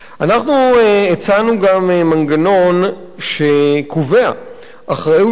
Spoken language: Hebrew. אנחנו הצענו גם מנגנון שקובע אחריות לשירות